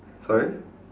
sorry